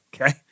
Okay